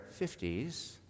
50s